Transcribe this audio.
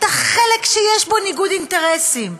את החלק שיש בו ניגוד אינטרסים?